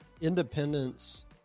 independence